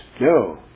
No